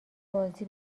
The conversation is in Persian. بازی